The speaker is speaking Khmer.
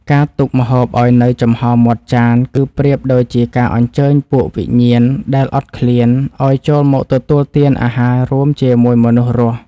ការទុកម្ហូបឱ្យនៅចំហរមាត់ចាន គឺប្រៀបដូចជាការអញ្ជើញពួកវិញ្ញាណដែលអត់ឃ្លានឱ្យចូលមកទទួលទានអាហាររួមជាមួយមនុស្សរស់។